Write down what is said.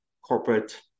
corporate